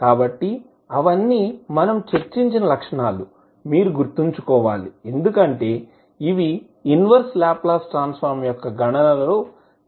కాబట్టి అవన్నీ మనం చర్చించిన లక్షణాలు మీరు గుర్తుంచుకోవాలి ఎందుకంటే ఇవి ఇన్వర్స్ లాప్లాస్ ట్రాన్స్ ఫార్మ్ యొక్క గణన లో తరచుగా ఉపయోగించబడతాయి